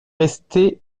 resté